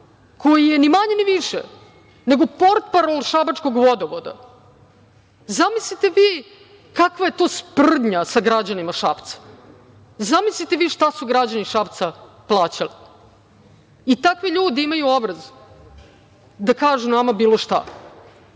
koji je ni manje ni više nego portparol šabačkog vodovoda. Zamislite vi kakva je to sprdnja sa građanima Šapca! Zamislite vi šta su građani Šapca plaćali! I takvi ljudi imaju obraz da kažu nama bilo šta!